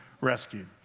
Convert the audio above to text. rescued